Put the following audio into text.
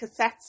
cassettes